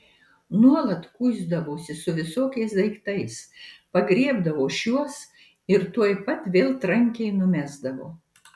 nuolat kuisdavosi su visokiais daiktais pagriebdavo šiuos ir tuoj pat vėl trankiai numesdavo